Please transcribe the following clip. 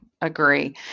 Agree